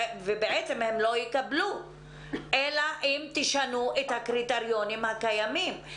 הם לא יקבלו אלא אם תשנו את הקריטריונים הקיימים.